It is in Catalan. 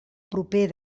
proper